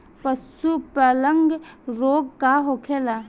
पशु प्लग रोग का होखेला?